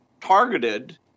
targeted